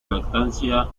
lactancia